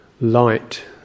Light